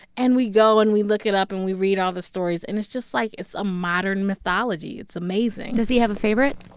and we go, and we look it up. and we read all the stories. and it's just, like it's a modern mythology. it's amazing does he have a favorite?